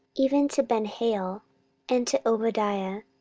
even to benhail, and to obadiah,